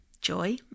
joy